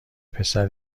پسر